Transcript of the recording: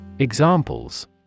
Examples